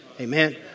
Amen